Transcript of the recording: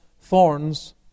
thorns